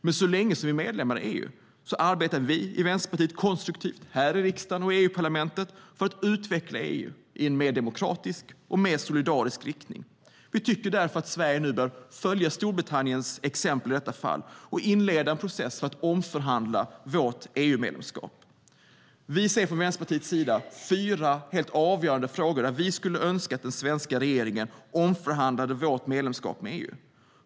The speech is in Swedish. Men så länge vi är medlemmar i EU arbetar vi konstruktivt i riksdagen och EU-parlamentet för att utveckla EU i en mer demokratisk och solidarisk riktning. Vi tycker därför att Sverige bör följa Storbritanniens exempel och inleda en process för att omförhandla vårt EU-medlemskap. Vänsterpartiet ser fyra helt avgörande frågor där vi önskar att den svenska regeringen omförhandlar vårt medlemskap i EU.